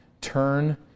Turn